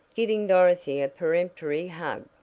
giving dorothy a peremptory hug.